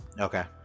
Okay